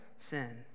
Sin